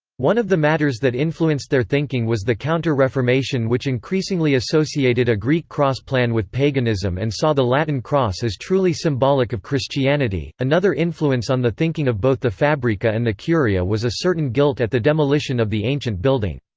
one of the matters that influenced their thinking was the counter-reformation which increasingly associated a greek cross plan with paganism and saw the latin cross as truly symbolic of christianity another influence on the thinking of both the fabbrica and the curia was a certain guilt at the demolition of the ancient building.